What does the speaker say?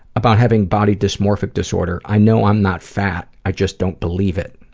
about having body dysmorphic disorder, i know i'm not fat i just don't believe it.